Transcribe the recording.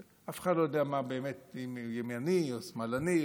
אף אחד לא יודע אם הוא ימני או שמאלני,